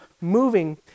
moving